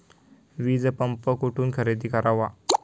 वीजपंप कुठून खरेदी करावा?